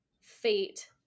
fate